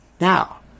now